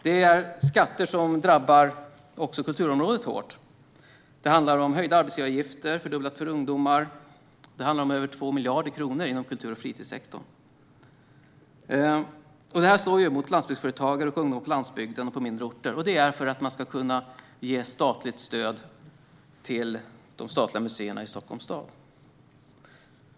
Dessa skattehöjningar drabbar också kulturområdet hårt. Det handlar om höjda arbetsgivaravgifter - fördubblade för ungdomar - med över 2 miljarder inom kultur och fritidssektorn. Det slår mot landsbygdsföretagare och ungdomar på landsbygden och på mindre orter. Anledningen är att man ska kunna ge statligt stöd till de statliga museerna i Stockholm.